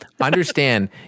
understand